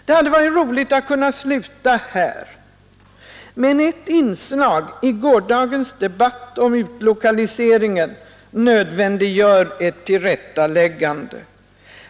Det hade varit roligt att kunna sluta här, men ett inslag i gårdagens debatt om utlokaliseringen nödvändiggör ett tillrättaläggande.